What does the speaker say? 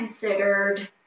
considered